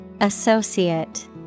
Associate